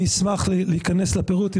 אני אשמח להיכנס לפירוט.